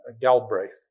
Galbraith